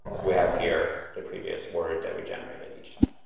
we have here the previous word that we generated each time.